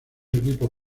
equipos